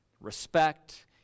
respect